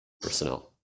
personnel